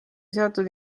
seatud